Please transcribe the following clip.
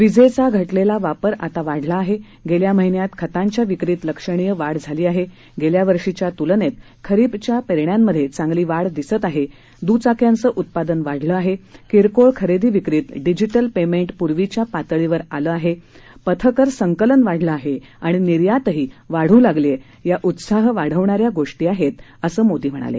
विजेचा घटलेला वापर आता वाढला आहे गेल्या महिन्यात खतांच्या विक्रीत लक्षणीय वाढ झाली गेल्या वर्षीच्या तुलनेत खरीपच्या पेरण्यांमधे चांगली वाढ दिसते आहे दुचाक्यांचं उत्पादन वाढलं आहे किरकोळ खरेदी विक्रीत डिजिटल पेमेंट पूर्वीच्या पातळीवर आलं आहे पथकर संकलन वाढलंय आणि निर्यातही वाढू लागलीय या उत्साह वाढवणाऱ्या गोष्टी आहेत असं मोदी म्हणाले